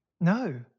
No